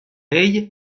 ell